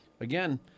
again